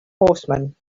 horsemen